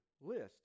list